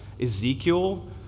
Ezekiel